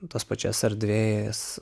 tos pačios erdvės